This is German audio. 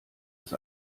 ist